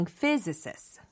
physicists